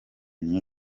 new